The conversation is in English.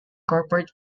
corporate